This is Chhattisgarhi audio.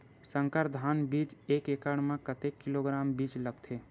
संकर धान बीज एक एकड़ म कतेक किलोग्राम बीज लगथे?